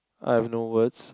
I have no words